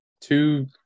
two